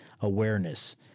awareness